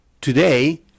Today